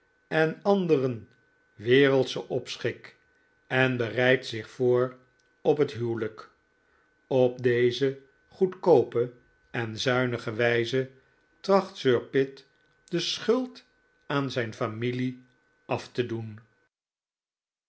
en anderen wereldschen opschik en bereidt zich voor op het huwelijk op deze goedkoope en zuinige wijze tracht sir pitt de schuld aan zijn familie af te doen